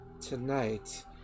tonight